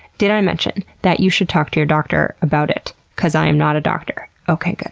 did i mention that you should talk to your doctor about it? because i am not a doctor. okay,